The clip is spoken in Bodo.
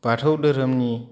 बाथौ धोरोमनि